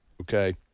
Okay